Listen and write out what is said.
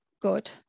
good